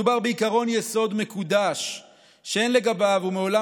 מדובר בעקרון יסוד מקודש שאין לגביו ומעולם